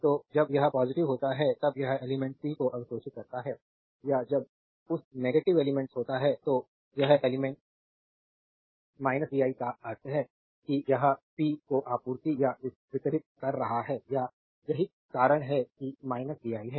तो जब यह पॉजिटिव होता है तब यह एलिमेंट्स p को अवशोषित करता है या जब यह नेगेटिव एलिमेंट्स होता है तो यह एलिमेंट्स vi का अर्थ है कि यह p को आपूर्ति या वितरित कर रहा है या यही कारण है कि vi है